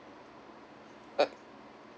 uh